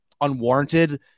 unwarranted